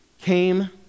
came